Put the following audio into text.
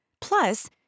Plus